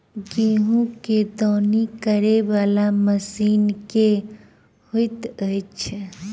गेंहूँ केँ दौनी करै वला मशीन केँ होइत अछि?